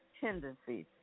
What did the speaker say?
tendencies